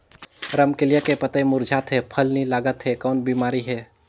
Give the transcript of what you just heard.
रमकलिया के पतई मुरझात हे फल नी लागत हे कौन बिमारी हे?